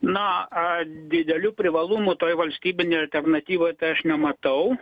na didelių privalumų toje valstybinėje alternatyvoje tai aš nematau